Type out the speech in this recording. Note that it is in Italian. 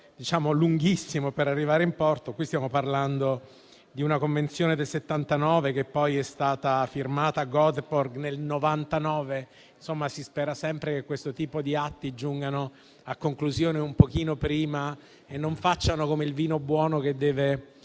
lunghissimo per arrivare in porto. In questo caso stiamo parlando di una Convenzione del 1979 che poi è stata firmata a Göteborg nel 1999. Si spera sempre che questo tipo di atti giungano a conclusione un po' prima e non facciano come il vino buono, che deve